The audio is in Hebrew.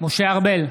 משה ארבל,